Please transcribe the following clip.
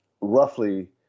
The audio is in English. roughly